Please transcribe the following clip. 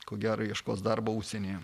ko gero ieškos darbo užsienyje